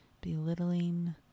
belittling